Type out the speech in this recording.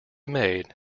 made